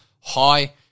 high